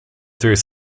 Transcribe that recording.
through